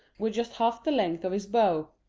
were just half the length of his bow.